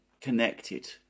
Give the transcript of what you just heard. connected